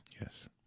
Yes